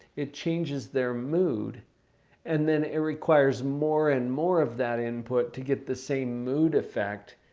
it changes their mood and then it requires more and more of that input to get the same mood effect.